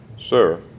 Sir